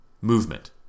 movement